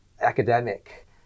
academic